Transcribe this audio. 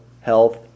health